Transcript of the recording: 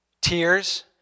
tears